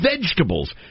vegetables